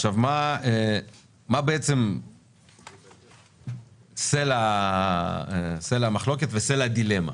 עכשיו מה בעצם סלע המחלוקת וסלע הדילמה?